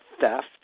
theft